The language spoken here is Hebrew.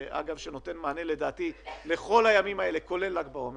שנותן מענה לכל הימים האלה, כולל ל"ג בעומר.